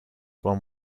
one